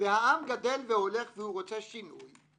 והעם גדל והולך והוא רוצה שינוי.